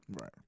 Right